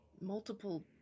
multiple